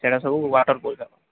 ସେଇଟା ସବୁ ୱାଟରପୁଲ୍ ଯାାକ